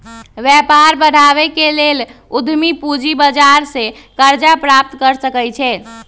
व्यापार बढ़ाबे के लेल उद्यमी पूजी बजार से करजा प्राप्त कर सकइ छै